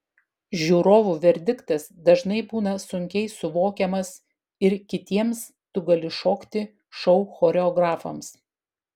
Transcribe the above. žiūrovų verdiktas dažnai būna sunkiai suvokiamas ir kitiems tu gali šokti šou choreografams